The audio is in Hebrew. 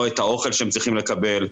לא את האוכל שהן צריכות לקבל,